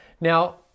Now